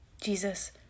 Jesus